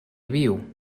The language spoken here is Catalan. viu